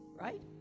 right